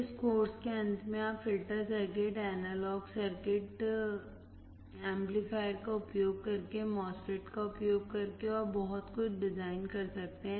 इस कोर्स के अंत में आप filter circuit analog circuit amplifier का उपयोग करके MOSFET का उपयोग करके और बहुत कुछ डिज़ाइन कर सकते हैं